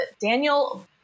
Daniel